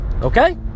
Okay